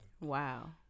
Wow